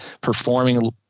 performing